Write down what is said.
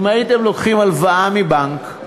אם הייתם לוקחים הלוואה מבנק,